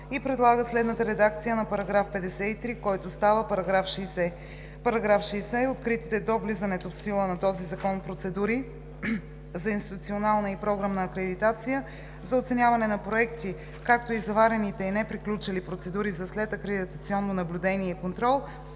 и предлага следната редакция на § 53, който става § 60: „§ 60. Откритите до влизането в сила на този закон процедури за институционална и програмна акредитация, за оценяване на проекти, както и заварените и неприключили процедури за следакредитационно наблюдение и контрол